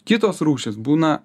kitos rūšys būna